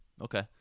Okay